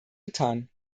getan